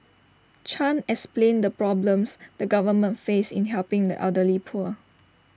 chan explained the problems the government face in helping the elderly poor